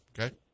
okay